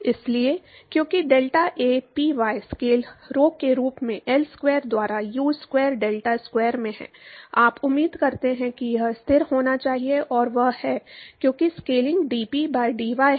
इसलिए क्योंकि डेल्टाaPy स्केल rho के रूप में एल स्क्वायर द्वारा यू स्क्वायर डेल्टा स्क्वायर में है आप उम्मीद करते हैं कि यह स्थिर होना चाहिए और वह है क्योंकि स्केलिंग डीपी बाय dy है